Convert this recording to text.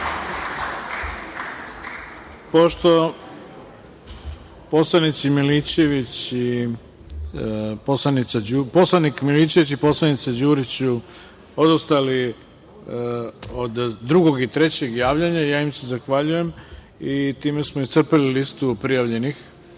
su poslanik Milićević i poslanica Đurić odustali od drugog i trećeg javljanja, ja im se zahvaljujem. Time smo iscrpeli listu prijavljenih,